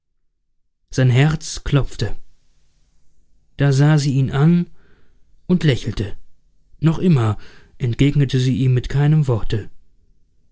sein herz klopfte da sah sie ihn an und lächelte noch immer entgegnete sie ihm mit keinem worte